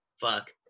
Fuck